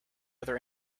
other